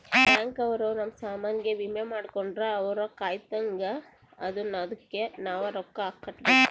bank ಅವ್ರ ನಮ್ ಸಾಮನ್ ಗೆ ವಿಮೆ ಮಾಡ್ಕೊಂಡ್ರ ಅವ್ರ ಕಾಯ್ತ್ದಂಗ ಅದುನ್ನ ಅದುಕ್ ನವ ರೊಕ್ಕ ಕಟ್ಬೇಕು